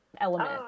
element